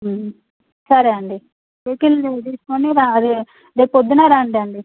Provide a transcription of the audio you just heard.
సరే అండి వెహికిల్ తీసుకుని ర అది రేపు పొద్దున్న రండి అండి